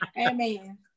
amen